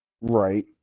Right